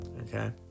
okay